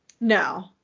No